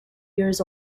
years